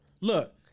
look